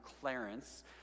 Clarence